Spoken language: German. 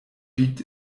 biegt